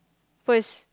first